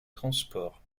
transport